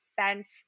spent